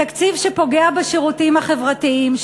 תקציב שפוגע בשירותים החברתיים,